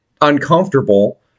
uncomfortable